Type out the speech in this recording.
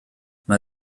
mae